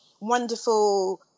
wonderful